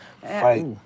Fight